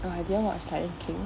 ah I didn't watch lion king